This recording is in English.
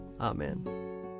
Amen